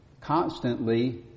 constantly